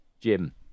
Jim